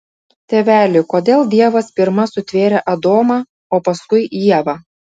tėveli kodėl dievas pirma sutvėrė adomą o paskui ievą